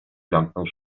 zamknął